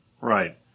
Right